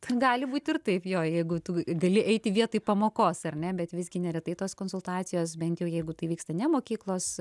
gali būti ir taip jo jeigu tu gali eiti vietoj pamokos ar ne bet visgi neretai tos konsultacijos bent jau jeigu tai vyksta ne mokyklos